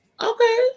Okay